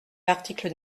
l’article